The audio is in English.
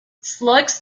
slugs